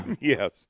Yes